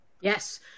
Yes